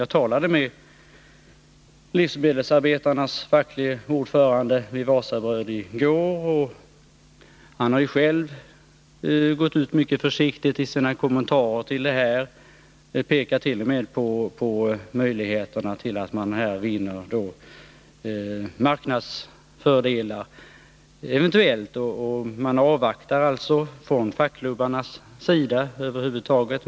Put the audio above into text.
I går talade jag med livsmedelsarbetarnas facklige ordförande vid Wasabröd. Han har själv gått ut mycket försiktigt i sina kommentarer till det här. Han pekar t.o.m. på möjligheterna att få marknadsfördelar. Man avvaktar alltså från fackklubbarnas sida över huvud taget.